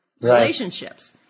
relationships